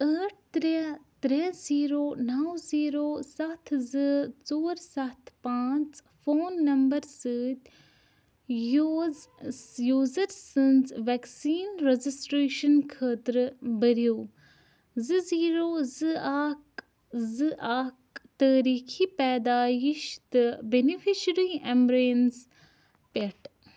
ٲٹھ ترٛےٚ ترٛےٚ زیٖرو نو زیٖرو سَتھ زٕ ژور سَتھ پانٛژھ فون نمبر سۭتۍ یوٗز یوٗزر سٕنٛز وٮ۪کسیٖن رجسٹریٚشن خٲطرٕ بٔرِو زٕ زیٖرو زٕ اکھ زٕ اکھ تٲریٖخی پیدایِس تہٕ بیٚنِفشری اٮ۪مبرینٕس پٮ۪ٹھ